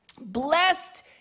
Blessed